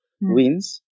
wins